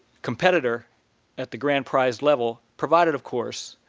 competitor at the grand prize level. provided, of course,